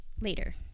later